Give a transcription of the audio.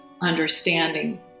understanding